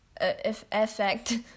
effect